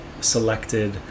selected